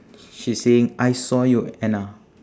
she's saying I saw you anna